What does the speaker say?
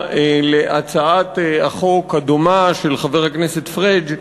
להצעת החוק הדומה של חבר הכנסת פריג',